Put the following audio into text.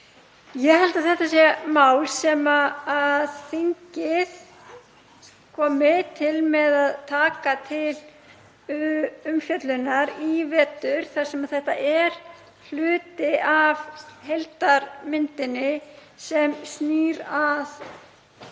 Ég held að þetta sé mál sem þingið muni taka til umfjöllunar í vetur þar sem þetta er hluti af heildarmyndinni sem snýr að